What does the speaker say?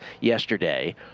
yesterday